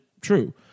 true